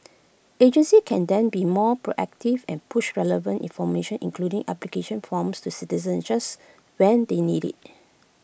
agencies can then be more proactive and push relevant information including application forms to citizens just when they need IT